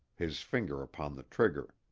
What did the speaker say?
his finger upon the trigger.